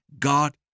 God